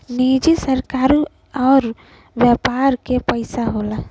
निजी सरकारी अउर व्यापार के पइसा होला